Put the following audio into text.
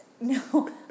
no